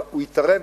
אבל הוא התערב,